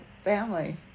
family